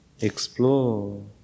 Explore